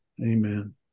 amen